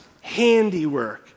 handiwork